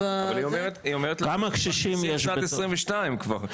אבל היא אומרת שבשנת 22 כבר,